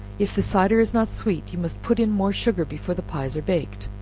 if the cider is not sweet, you must put in more sugar before the pies are baked,